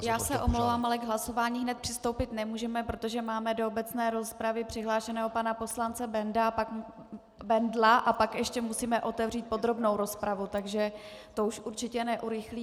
Já se omlouvám, ale k hlasování hned přistoupit nemůžeme, protože máme do obecné rozpravy přihlášeného pana poslance Bendla a pak ještě musíme otevřít podrobnou rozpravu, takže to už určitě neurychlíme.